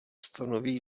stanoví